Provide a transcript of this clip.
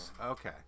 okay